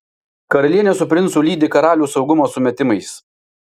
karalienė su princu lydi karalių saugumo sumetimais